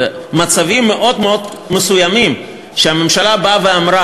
אלה מצבים מאוד מאוד מסוימים שהממשלה באה ואמרה: